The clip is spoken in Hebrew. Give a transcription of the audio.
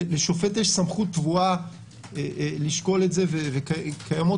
לשופט יש סמכות קבועה לשקול את זה וקיימות